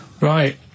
Right